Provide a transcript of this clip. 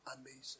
amazing